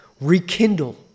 rekindle